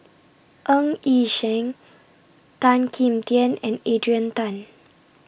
Ng Yi Sheng Tan Kim Tian and Adrian Tan